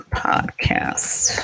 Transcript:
podcast